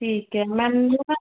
ਠੀਕ ਹੈ ਮੈਨੂੰ ਨਾ